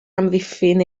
amddiffyn